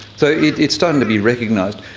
so it's starting to be recognised.